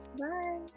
Bye